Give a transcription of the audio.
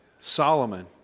Solomon